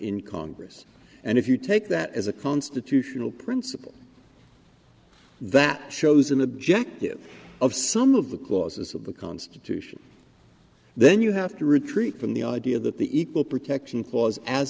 in congress and if you take that as a constitutional principle that shows an objective of some of the clauses of the constitution then you have to retreat from the idea that the equal protection clause as